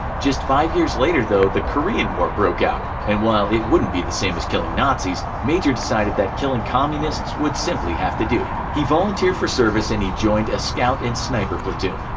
just five years later though the korean war broke out, and while it wouldn't be the same as killing nazis, major decided that killing communists would simply have to do. he volunteered for service and he joined a scout and sniper platoon.